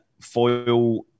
foil